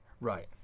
Right